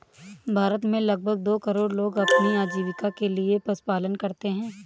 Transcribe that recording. भारत में लगभग दो करोड़ लोग अपनी आजीविका के लिए पशुपालन करते है